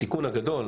התיקון הגדול,